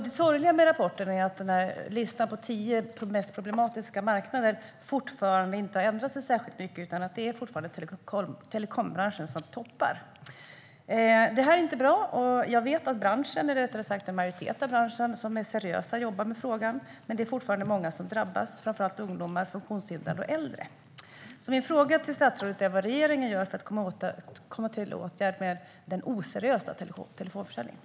Det sorgliga med rapporten är att listan över de tio mest problematiska marknaderna fortfarande inte har ändrats särskilt mycket, utan det är fortfarande telekombranschen som toppar den. Det här är inte bra. Jag vet att en majoritet i branschen som är seriösa jobbar med frågan. Men det är fortfarande många som drabbas, framför allt ungdomar, funktionshindrade och äldre. Min fråga till statsrådet är vad regeringen gör för att komma till rätta med den oseriösa telefonförsäljningen.